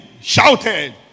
shouted